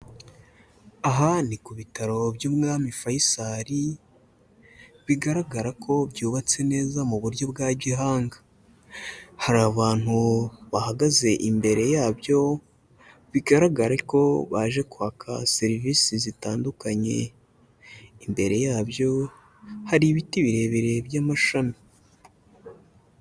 Aha ni ku bitaro by'Umwami Faisal, bigaragara ko byubatse neza mu buryo bwa gihanga, hari abantu bahagaze imbere yabyo, bigaragare ko baje kwaka serivise zitandukanye, imbere yabyo hari ibiti birebire by'amashami.